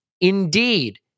indeed